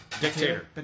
Dictator